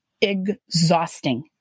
exhausting